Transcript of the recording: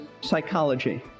psychology